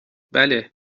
بله